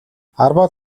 арваад